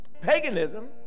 paganism